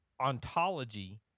ontology